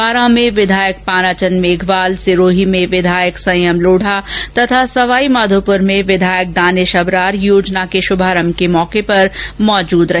बारां में विधायक पानाचंद मेघवाल सिरोही में विधायक संयम लोढा तथा सवाईमाघोपुर में विधायक दानिश अबरार योजना के शुभारंभ के मौके पर मौजूद रहे